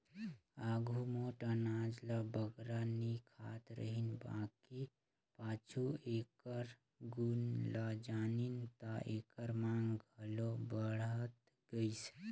आघु मोट अनाज ल बगरा नी खात रहिन बकि पाछू एकर गुन ल जानिन ता एकर मांग घलो बढ़त गइस